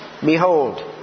Behold